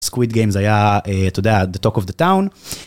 סקוויד גיימס היה אתה יודע טוק אוף דה טאון.